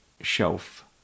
shelf